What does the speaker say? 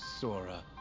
Sora